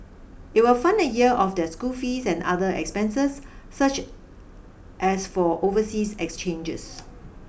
it will fund a year of their school fees and other expenses such as for overseas exchanges